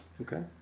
Okay